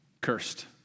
cursed